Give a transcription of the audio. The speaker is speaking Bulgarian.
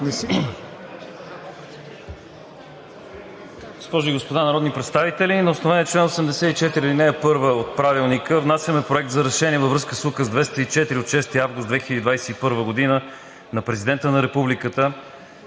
Госпожи и господа народни представители! На основание чл. 84, ал. 1 от Правилника внасяме Проект за решение във връзка с Указ № 204 от 6 август 2021 г. на Президента на Републиката